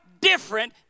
different